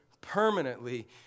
permanently